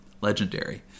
Legendary